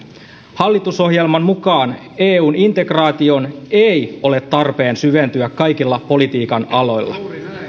hallitusohjelman mukaan eun integraation ei ole tarpeen syventyä kaikilla politiikan aloilla